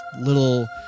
little